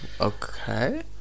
okay